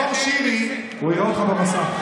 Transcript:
הוא יראה אותך במסך.